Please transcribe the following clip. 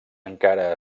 encara